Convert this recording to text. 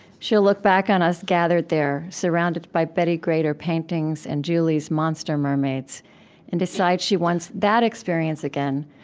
she'll look back on us, gathered there, surrounded by betty grater paintings and julie's monster mermaids and decide she wants that experience again,